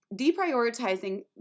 deprioritizing